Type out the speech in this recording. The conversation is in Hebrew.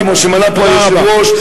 כמו שמנה פה היושב-ראש,